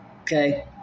Okay